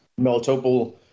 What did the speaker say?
Melitopol